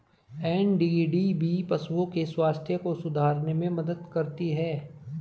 NDDB पशुओं के स्वास्थ्य को सुधारने में मदद करती है